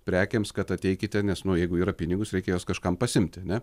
prekėms kad ateikite nes nu jeigu yra pinigus reikės juos kažkam pasiimti ne